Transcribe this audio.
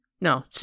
No